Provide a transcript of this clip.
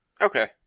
okay